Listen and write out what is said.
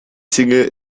single